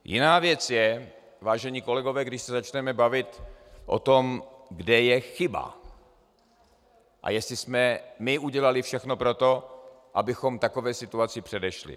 Jiná věc je, vážení kolegové, když se začneme bavit o tom, kde je chyba a jestli jsme my udělali všechno pro to, abychom takové situaci předešli.